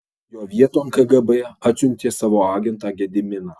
jo vieton kgb atsiuntė savo agentą gediminą